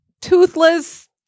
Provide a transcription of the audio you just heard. toothless